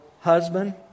husband